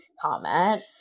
comment